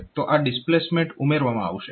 તો આ ડિસ્પ્લેસમેન્ટ ઉમેરવામાં આવશે